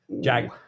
Jack